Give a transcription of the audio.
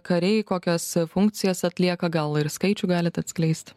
kariai kokias funkcijas atlieka gal ir skaičių galit atskleist